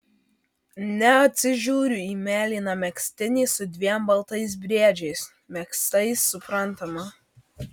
neatsižiūriu į mėlyną megztinį su dviem baltais briedžiais megztais suprantama